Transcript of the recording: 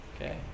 Okay